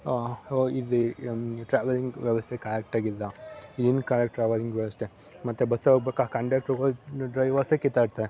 ಇದು ಟ್ರಾವೆಲಿಂಗ್ ವ್ಯವಸ್ಥೆ ಕರೆಕ್ಟಾಗಿಲ್ಲ ಇನ್ಕರೆಕ್ಟ್ ಟ್ರಾವೆಲಿಂಗ್ ವ್ಯವಸ್ಥೆ ಮತ್ತೆ ಬಸ್ಸಲ್ಲಿ ಹೋಗ್ಬೇಕಾ ಕಂಡಕ್ಟ್ರ್ ಹೋಗಿ ಡ್ರೈವರ್ಸೇ ಕಿತ್ತಾಡ್ತಾರೆ